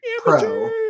pro